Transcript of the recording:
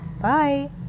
bye